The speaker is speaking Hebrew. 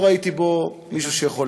מי שינמק את